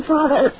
Father